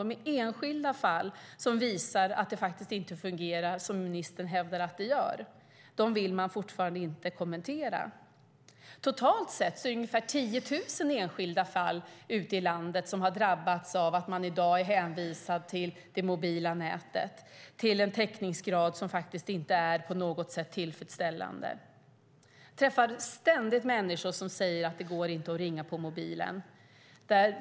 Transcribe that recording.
De är enskilda fall som visar att det faktiskt inte fungerar som ministern hävdar att det gör. Dem vill man fortfarande inte kommentera. Totalt sett är det ungefär 10 000 enskilda fall ute i landet som har drabbats av att man i dag är hänvisad till det mobila nätet, till en täckningsgrad som faktiskt inte är på något sätt tillfredsställande. Jag träffar ständigt människor som säger att det inte går att ringa på mobilen.